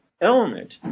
element